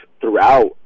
throughout